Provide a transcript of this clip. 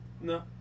No